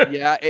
but yeah,